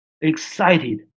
excited